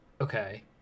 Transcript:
Okay